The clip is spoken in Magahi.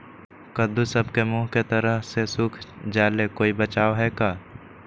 कददु सब के मुँह के तरह से सुख जाले कोई बचाव है का?